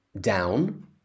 down